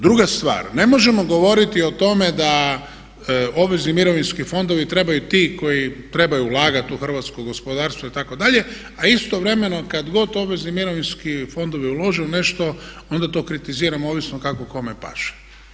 Druga stvar, ne možemo govoriti o tome da obvezni mirovinski fondovi trebaju ti koji trebaju ulagati u hrvatsko gospodarstvo itd. a istovremeno kad god obvezni mirovinski fondovi ulože u nešto onda to kritiziramo ovisno kako kome paše.